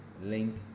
link